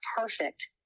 perfect